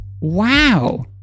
wow